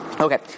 Okay